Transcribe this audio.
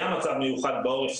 היה מצב מיוחד בעורף,